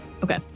Okay